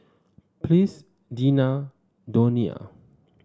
Ples Deena Donia